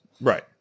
Right